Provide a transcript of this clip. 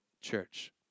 church